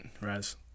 Raz